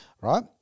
Right